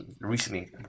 recently